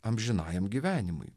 amžinajam gyvenimui